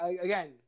again